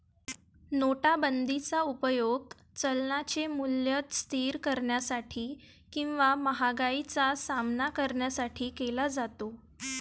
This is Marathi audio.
नोटाबंदीचा उपयोग चलनाचे मूल्य स्थिर करण्यासाठी किंवा महागाईचा सामना करण्यासाठी केला जातो